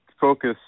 focus